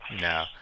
no